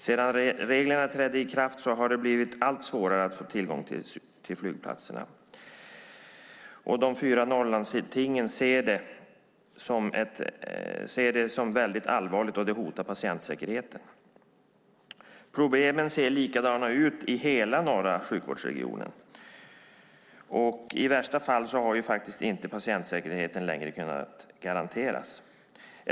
Sedan reglerna trädde i kraft har det blivit allt svårare att få tillgång till flygplatserna. De fyra norrlandstingen ser det som väldigt allvarligt, och det hotar patientsäkerheten. Problemen ser likadana ut i hela norra sjukvårdsregionen. I värsta fall har patientsäkerheten inte längre kunnat garanteras.